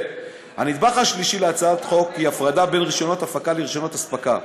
הנדבך השלישי להצעת החוק הוא הפרדה בין רישיונות הפקה לרישיונות הספקה.